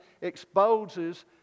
exposes